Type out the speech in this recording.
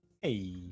Hey